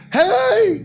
hey